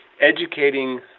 educating